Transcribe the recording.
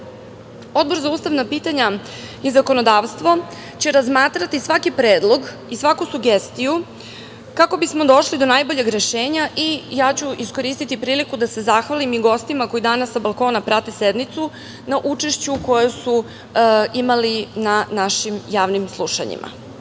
za ustavna pitanja i zakonodavstvo će razmatrati svaki predlog i svaku sugestiju kako bismo došli do najboljeg rešenja i ja ću iskoristiti priliku da se zahvalim i gostima koji danas sa balkona prate sednicu na učešću koje su imali na našim javnim slušanjima. Republika